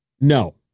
No